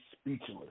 speechless